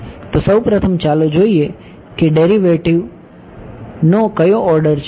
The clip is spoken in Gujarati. તો સૌ પ્રથમ ચાલો જોઈએ કે ડેરિવેટિવ નો કયો ઓર્ડર છે